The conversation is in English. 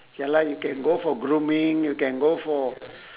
ya lah you can go for grooming you can go for